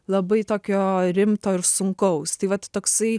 labai tokio rimto ir sunkaus tai vat toksai